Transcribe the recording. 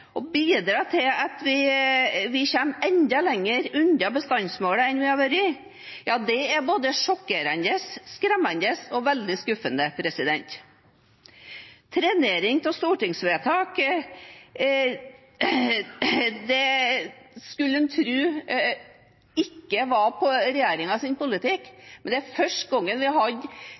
og bidra til at vi kommer enda lenger unna bestandsmålet enn vi har vært, er både sjokkerende, skremmende og veldig skuffende. Trenering av stortingsvedtak skulle en tro ikke var regjeringens politikk, men det er første gangen vi